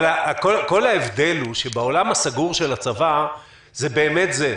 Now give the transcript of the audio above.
אבל כל ההבדל הוא שבעולם הסדור של הצבא זה באמת זה.